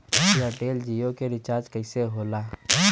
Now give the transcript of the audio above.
Airtel Jio के recharge कैसे होला?